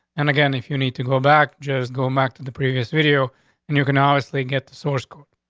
and again, if you need to go back, just go back to the previous video and you can obviously get source code.